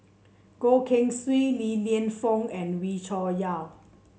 Goh Keng Swee Li Lienfung and Wee Cho Yaw